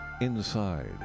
Inside